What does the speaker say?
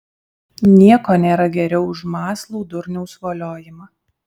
nieko nėra geriau už mąslų durniaus voliojimą